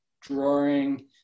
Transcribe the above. drawing